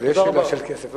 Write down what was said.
אבל יש שאלה של כסף.